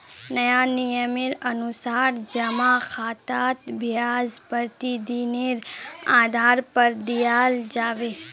नया नियमेर अनुसार जमा खातात ब्याज प्रतिदिनेर आधार पर दियाल जाबे